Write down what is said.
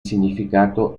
significato